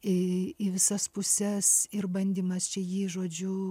į visas puses ir bandymas čia jį žodžiu